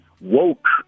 woke